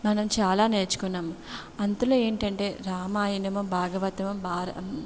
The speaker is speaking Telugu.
మనం చాలా నేర్చుకున్నాము అందులో ఏంటంటే రామాయణము భాగవతము భార